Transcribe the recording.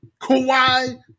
Kawhi